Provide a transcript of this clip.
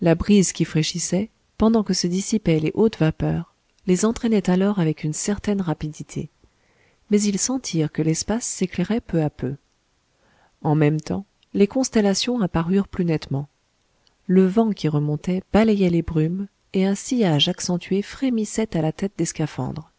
qui fraîchissait pendant que se dissipaient les hautes vapeurs les entraînait alors avec une certaine rapidité mais ils sentirent que l'espace s'éclairait peu à peu en même temps les constellations apparurent plus nettement le vent qui remontait balayait les brumes et un sillage accentué frémissait à la tête des scaphandres